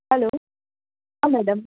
hello હા madam